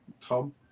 Tom